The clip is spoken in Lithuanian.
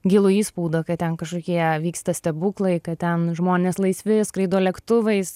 gilų įspaudą kad ten kažkokie vyksta stebuklai kad ten žmonės laisvi skraido lėktuvais